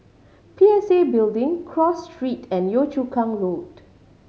P S A Building Cross Street and Yio Chu Kang Road